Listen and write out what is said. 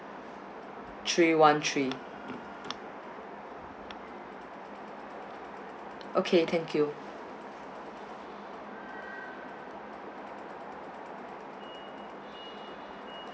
three one three okay thank you